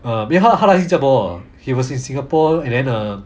uh I mean 他来新加坡 he was in singapore and then err